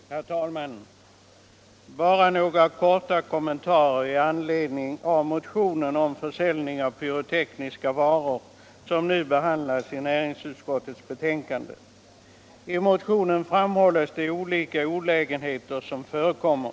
Herr talman! Bara några korta kommentarer med anledning av den motion om försäljningen av pyrotekniska varor som nu behandlas i näringsutskottets betänkande. I motionen framhålls de olika olägenheter som förekommer.